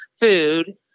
food